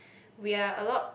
we're a lot